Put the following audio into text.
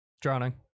Drowning